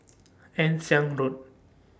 Ann Siang Road